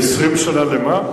20 שנה למה?